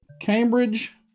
Cambridge